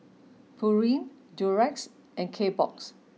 Pureen Durex and Kbox